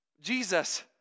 Jesus